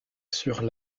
sur